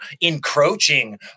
encroaching